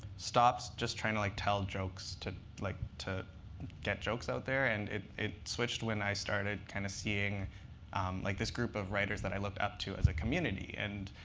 stopped just trying to like tell jokes to like to get jokes out there. and it it switched when i started kind of seeing like this group of writers that i looked up to as a community. and